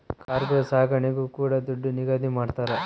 cargo ಸಾಗಣೆಗೂ ಕೂಡ ದುಡ್ಡು ನಿಗದಿ ಮಾಡ್ತರ